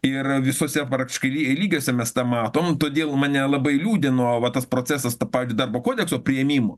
ir visuose praktiškai ly lygiuose mes tą matom todėl mane labai liūdino va tas procesas tą patį darbo kodekso priėmimų